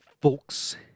folks